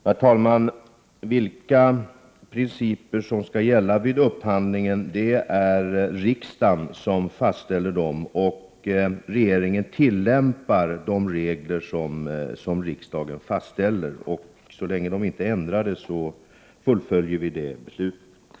Herr talman! Vilka principer som skall gälla vid upphandling är det riksdagen som fastställer. Regeringen tillämpar de regler som riksdagen fastställer. Så länge de inte är ändrade fullföljer vi det beslutet. Herr talman!